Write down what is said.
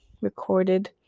recorded